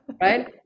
Right